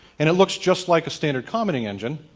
and it looks just like a standard commenting engine.